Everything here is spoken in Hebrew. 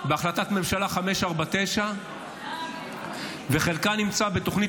בהחלטת ממשלה 549 וחלקה נמצא בתוכנית